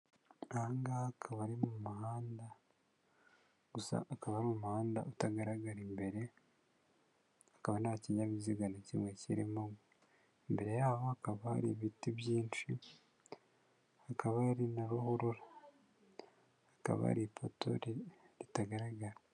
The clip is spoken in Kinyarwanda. Aha ngaha akaba ari mu muhanda gusa akaba ari umuhanda utagaragara imbere, akaba nta kinyabiziga na kimwe kirimo, imbere yaho hakaba hari ibiti byinshi, hakaba hari na ruhurura. Hakaba hari ipoto ritagaragara.